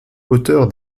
auteur